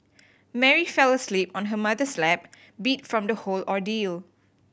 Mary fell asleep on her mother's lap beat from the whole ordeal